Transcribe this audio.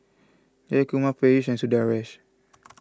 Jayakumar Peyush and Sundaresh